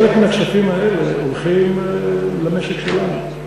חלק מהכספים האלה הולכים למשק שלנו,